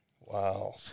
Wow